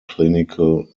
clinical